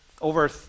over